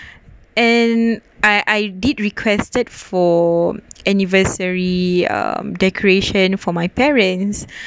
and I I did requested for anniversary um decoration for my parents